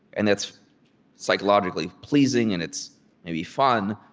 and that's psychologically pleasing, and it's maybe fun,